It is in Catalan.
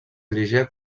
dirigia